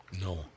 No